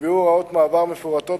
נקבעו הוראות מעבר מפורטות,